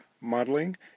modeling